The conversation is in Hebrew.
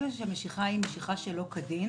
ברגע שיש משיכה שלא כדין